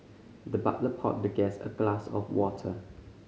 the butler poured the guest a glass of water